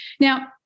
Now